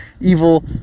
evil